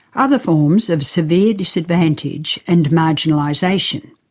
other forms of severe disadvantage and marginalisation.